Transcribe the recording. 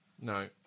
No